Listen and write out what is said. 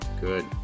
good